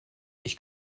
ich